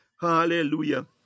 Hallelujah